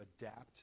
adapt